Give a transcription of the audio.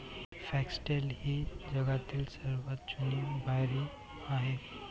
foxtail ही जगातील सर्वात जुनी बाजरी आहे